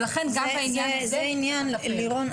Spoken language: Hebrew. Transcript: ולכן גם בעניין הזה --- לירון,